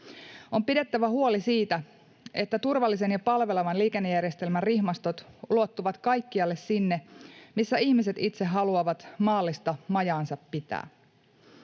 On pidettävä huoli siitä, että turvallisen ja palvelevan liikennejärjestelmän rihmastot ulottuvat kaikkialle sinne, missä ihmiset itse haluavat maallista majaansa pitää.